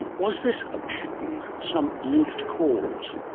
was this a pattern, some linked cause?